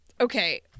Okay